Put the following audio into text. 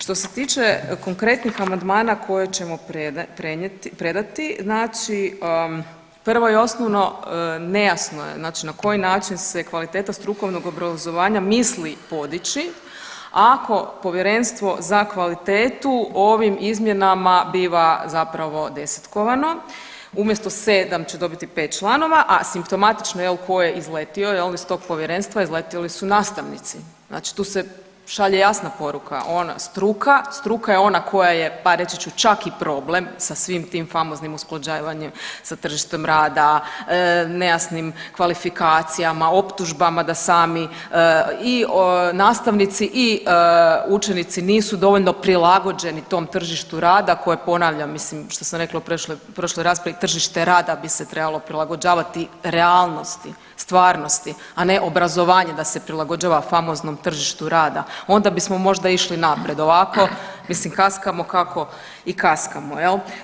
Što se tiče konkretnih amandmana koje ćemo predati znači prvo i osnovno nejasno je znači na koji način se kvaliteta strukovnog obrazovanja misli podići ako povjerenstvo za kvalitetu ovim izmjenama biva zapravo desetkovano umjesto 7 će dobiti 5 članova, a simptomatično je jel ko je izletio jel iz tog povjerenstva, izletili su nastavnici, znači tu se šalje jasna poruka ona struka, struka je ona koja je pa reći ću čak i problem sa svim tim famoznim usklađivanjem sa tržištem rada, nejasnim kvalifikacijama, optužbama da sami i nastavnici i učenici nisu dovoljno prilagođeni tom tržištu rada koje ponavljam, mislim što sam rekla u prošloj raspravi, tržište rada bi se trebalo prilagođavati realnosti, stvarnosti, a ne obrazovanje da se prilagođava famoznom tržištu rada, onda bismo možda išli naprijed ovako mislim kaskamo kako i kaskamo jel.